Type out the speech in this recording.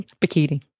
Bikini